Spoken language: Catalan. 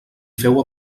féu